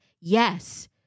Yes